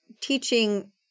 teaching